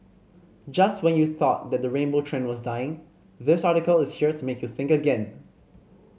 just when you thought that the rainbow trend was dying this article is here to make you think again